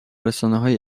رسانههای